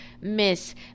Miss